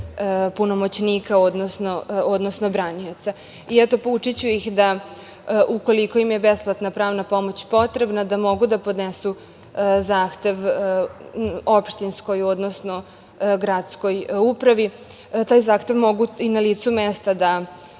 punomoćnika, odnosno branioca. Poučiću ih ukoliko im je besplatan pravna pomoć potrebna, da mogu da podnesu zahtev opštinskoj, odnosno gradskoj upravi. Taj zahtev mogu i na licu mesta da popune,